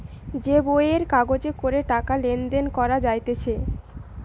যে বইয়ের কাগজে করে টাকা লেনদেন করা যাইতেছে